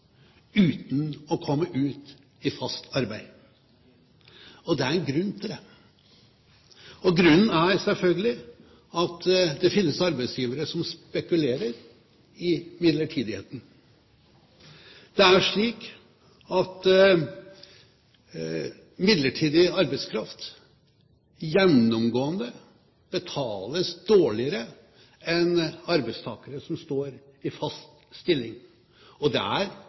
uten å komme ut i fast arbeid. Det er en grunn til det, og grunnen er selvfølgelig at det finnes arbeidsgivere som spekulerer i midlertidigheten. Det er slik at midlertidig arbeidskraft gjennomgående betales dårligere enn arbeidstakere som står i fast stilling. Og det er